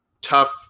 tough